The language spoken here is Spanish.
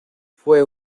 fue